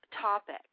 topic